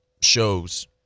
shows